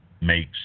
makes